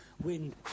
wind